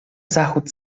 zachód